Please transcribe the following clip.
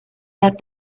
that